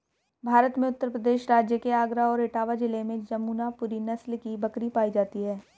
भारत में उत्तर प्रदेश राज्य के आगरा और इटावा जिले में जमुनापुरी नस्ल की बकरी पाई जाती है